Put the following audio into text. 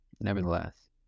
Nevertheless